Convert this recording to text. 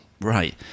right